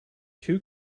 two